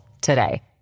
today